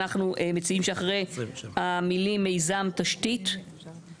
אנחנו מציעים שאחרי המילים "מיזם תשתית"